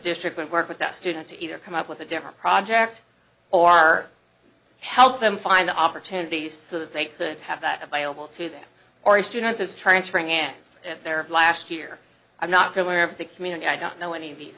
district would work with that student to either come up with a different project or help them find the opportunities so that they could have that available to them or a student has transfer hand in their last year i'm not feeling of the community i don't know any of these